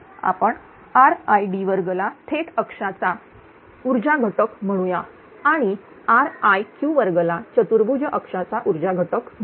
आपण RId2 ला थेट अक्षाचा ऊर्जा घट घटक म्हणूया आणि RIq2 ला चतुर्भुज अक्षाचा उर्जा घट घटक म्हणूया